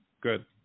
good